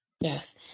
Yes